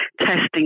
testing